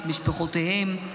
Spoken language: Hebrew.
את משפחותיהם,